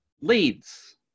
leads